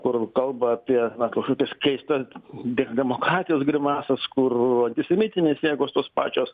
kur kalba apie na kažkokias keistas de demokratijos grimasas kur antisemitinės jėgos tos pačios